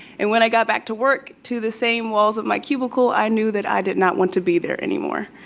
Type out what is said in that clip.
and when i got back to work to the same walls of my cubicle, i knew that i did not want to be there anymore,